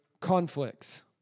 conflicts